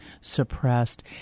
suppressed